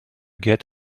get